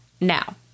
Now